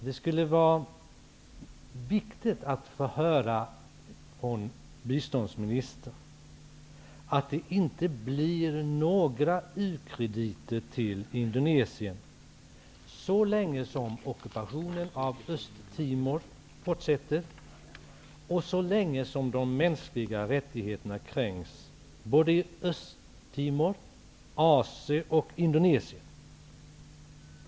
Det är viktigt att man från biståndsministern får höra att det inte kommer att ges några u-krediter till Indonesien så länge ockupationen av Östtimor fortsätter och så länge de mänskliga rättigheterna kränks i Östtimor, Asien och Indonesien.